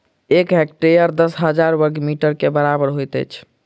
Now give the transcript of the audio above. एक हेक्टेयर दस हजार बर्ग मीटर के बराबर होइत अछि